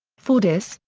fordice,